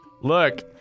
Look